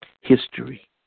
history